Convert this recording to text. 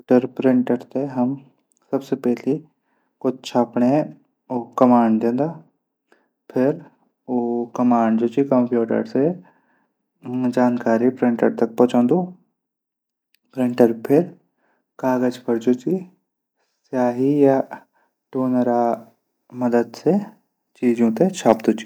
प्रिंटर थै हम सबसे पैली छपण कमांड दिंदा। फिर ऊ कमाःड कम्प्यूटर से जानकारी प्रिंटर तक पहुचांदू। फिर प्रिंटर जानकारी कागज पर स्याई या मदद से चीजों थै छपदू चा।